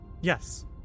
Yes